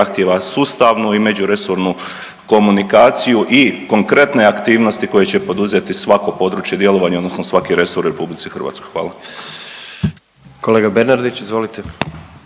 sustavnu i međuresornu komunikaciju i konkretne aktivnosti koje će poduzeti svako područje djelovanja odnosno svaki resor u RH, hvala. **Jandroković, Gordan (HDZ)** Kolega Bernardić izvolite.